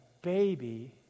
baby